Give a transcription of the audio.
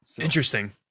interesting